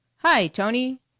hi, tony!